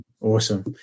awesome